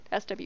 SW